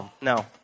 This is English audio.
No